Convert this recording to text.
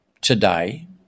today